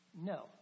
No